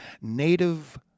native